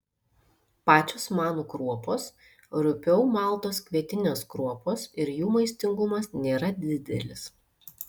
pačios manų kruopos rupiau maltos kvietinės kruopos ir jų maistingumas nėra didelis